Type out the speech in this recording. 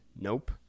Nope